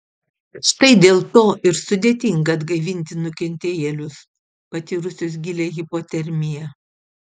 štai dėl to ir sudėtinga atgaivinti nukentėjėlius patyrusius gilią hipotermiją